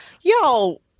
Yo